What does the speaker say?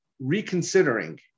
reconsidering